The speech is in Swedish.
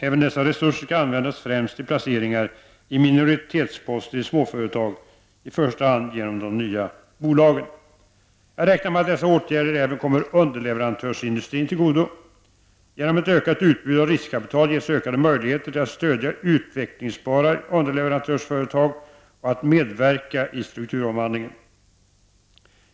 Även dessa resurser skall användas främst till placeringar i minoritetsposter i småföretag, i första hand genom de nya bolagen. Jag räknar med att dessa åtgärder även kommer underleverantörsindustrin till godo. Genom ett ökat utbud av riskkapital ges ökade möjligheter till att stödja utvecklingsbara underleverantörsföretag och att medverka i strukturomvandlingen.